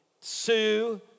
Sue